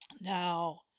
Now